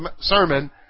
sermon